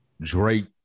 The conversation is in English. Drake